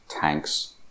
tanks